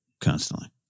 Constantly